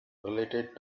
related